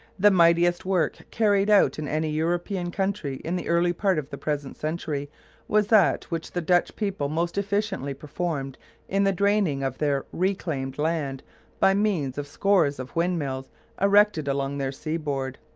the mightiest work carried out in any european country in the early part of the present century was that which the dutch people most efficiently performed in the draining of their reclaimed land by means of scores of windmills erected along their seaboard.